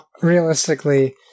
realistically